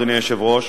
אדוני היושב-ראש,